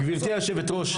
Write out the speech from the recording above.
גברתי היושבת ראש,